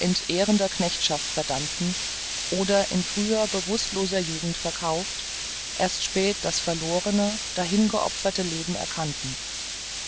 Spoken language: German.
entehrender knechtschaft verdammten oder in früher bewußtloser jugend verkauft erst spät das verlorene dahin geopferte leben erkannten